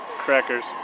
Crackers